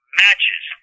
matches